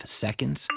seconds